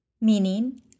meaning